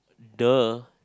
duh